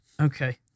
Okay